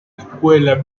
escuela